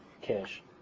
cash